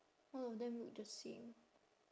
all of them look the same